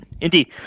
Indeed